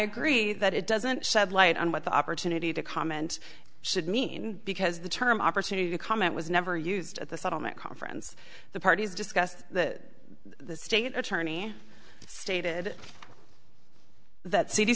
agree that it doesn't shed light on what the opportunity to comment should mean because the term opportunity to comment was never used at the settlement conference the parties discussed that the state attorney stated that c